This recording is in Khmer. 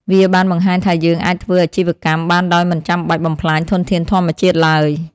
វាបានបង្ហាញថាយើងអាចធ្វើអាជីវកម្មបានដោយមិនចាំបាច់បំផ្លាញធនធានធម្មជាតិឡើយ។